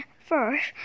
First